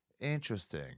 Interesting